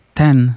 ten